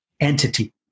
entity